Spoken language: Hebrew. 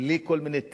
בלי כל מיני טריקים,